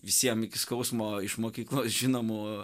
visiem iki skausmo iš mokyklos žinomų